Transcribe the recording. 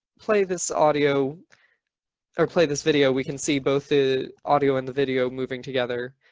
play this audio or play this video, we can see both the audio and the video moving together.